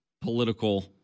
political